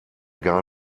gar